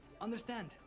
understand